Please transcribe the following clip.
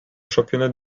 championnat